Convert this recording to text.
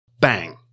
bang